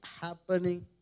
happening